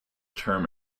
term